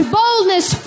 boldness